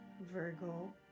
Virgo